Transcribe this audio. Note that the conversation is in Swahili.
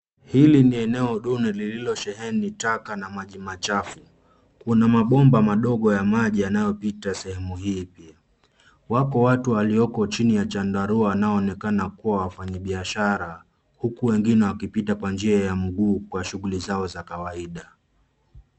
Hili ni eneo duni lililosheheni taka na maji machafu. Kuna mabomba madogo ya maji yanayopita sehemu hili. Wako watu walioko chini ya chandarua wanaonekana kuwa wafanyibiashara uku wengine wakipita kwa njia ya mguu kwa shughuli zao za kawaida.